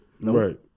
Right